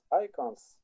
icons